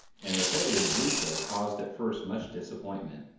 and their failure to do so caused at first much disappointment,